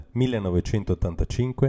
1985